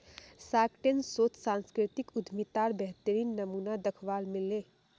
Shark Tank शोत सांस्कृतिक उद्यमितार बेहतरीन नमूना दखवा मिल ले